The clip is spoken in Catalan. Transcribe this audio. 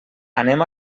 anem